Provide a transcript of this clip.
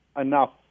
enough